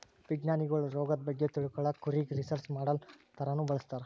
ವಿಜ್ಞಾನಿಗೊಳ್ ರೋಗದ್ ಬಗ್ಗೆ ತಿಳ್ಕೊಳಕ್ಕ್ ಕುರಿಗ್ ರಿಸರ್ಚ್ ಮಾಡಲ್ ಥರಾನೂ ಬಳಸ್ತಾರ್